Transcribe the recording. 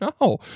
no